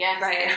right